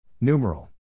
Numeral